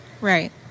Right